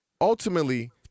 ultimately